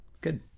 Good